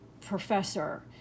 professor